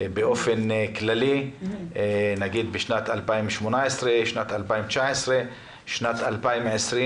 באופן כללי, נניח בשנים 2018, 2019 ו-2020.